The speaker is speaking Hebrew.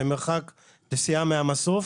במרחק נסיעה מהמסוף,